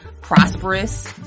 prosperous